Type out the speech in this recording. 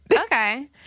Okay